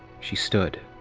she stood.